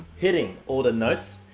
hitting all the notes,